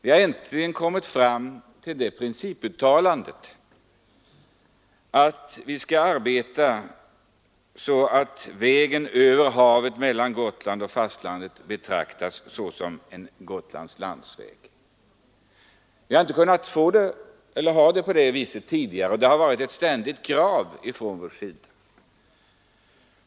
Vi har äntligen kommit fram till det principuttalandet att vi skall arbeta så att vägen över havet mellan Gotland och fastlandet betraktas såsom en Gotlands landsväg. Vi har inte kunnat få det så tidigare, och det har varit ett ständigt krav från vår sida.